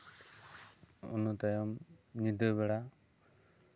ᱚᱱᱟ ᱛᱟᱭᱚᱢ ᱧᱤᱫᱟᱹ ᱵᱮᱲᱟ